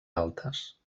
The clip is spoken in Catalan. altes